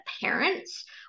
parents